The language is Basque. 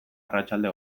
arratsalde